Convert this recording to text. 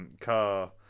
car